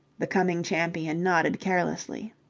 the coming champion nodded carelessly.